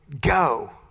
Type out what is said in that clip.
go